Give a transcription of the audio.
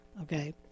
Okay